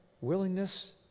willingness